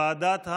ועדת,